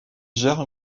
gère